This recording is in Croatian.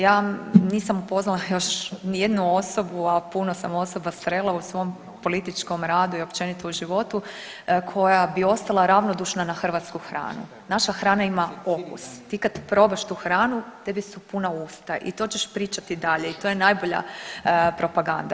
Ja nisam upoznala još nijednu osobu, a puno sam osoba srela u svom političkom radu i općenito u životu koja bi ostala ravnodušna na hrvatsku hranu, naša hrana ima okus, ti kad probaš tu hranu tebi su puna usta i to ćeš pričati i dalje i to je najbolja propaganda.